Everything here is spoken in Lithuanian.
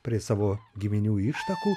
prie savo giminių ištakų